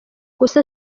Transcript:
gusa